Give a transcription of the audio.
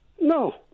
No